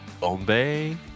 Bombay